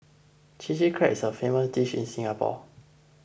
Chilli Crab is a famous dish in Singapore